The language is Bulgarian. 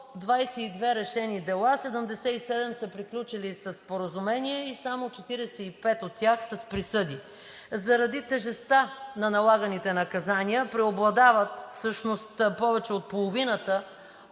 122 решени дела – 77 са приключили със споразумение и само 45 от тях с присъди. Заради тежестта на налаганите наказания преобладават, всъщност повече от половината